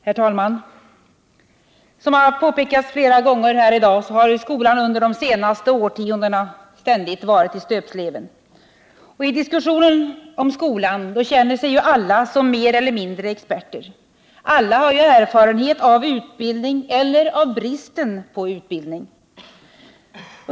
Herr talman! Som påpekats flera gånger här i dag har skolan under de senaste årtiondena ständigt varit i stöpsleven. I diskussionen om skolan känner sig alla som mer eller mindre experter. Alla har ju erfarenhet av utbildning eller av bristen på utbildning.